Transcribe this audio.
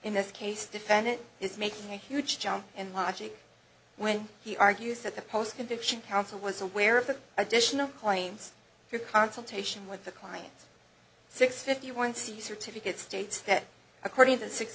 in this case defendant is making a huge jump in logic when he argues that the post conviction counsel was aware of the additional claims for consultation with the client's six fifty one c certificate states that according the six